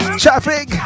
traffic